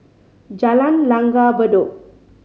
Jalan Langgar Bedok